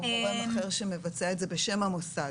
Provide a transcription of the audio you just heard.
אחר שמבצע את זה בשם המוסד.